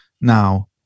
Now